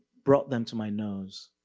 brought them to my nose.